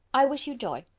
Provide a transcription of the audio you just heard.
i wish you joy.